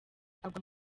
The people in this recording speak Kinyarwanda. agwa